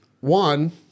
One